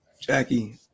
Jackie